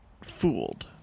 fooled